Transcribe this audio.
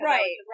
Right